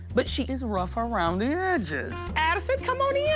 but she is rough around the edges. addison, come on in.